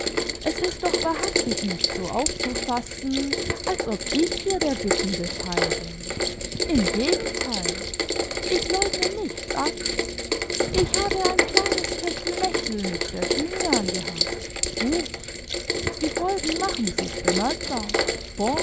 es ist doch wahrhaftig nicht so aufzufassen als ob ich hier der bittende teil bin im gegenteil ich leugne nichts ab ich habe ein kleines techtel mechtel mit der thymian gehabt gut die folgen machen sich bemerkbar